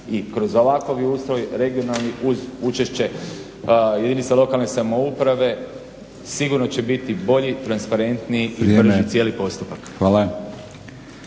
i kroz ovakav ustraj regionalni uz učešće jedinica lokalne samouprave, sigurno će biti bolji, transparentniji i ubrza cijeli postupak.